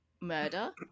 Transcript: murder